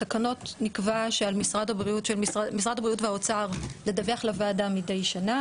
בתקנות נקבע שעל משרד הבריאות והאוצר לדווח לוועדה מדי שנה,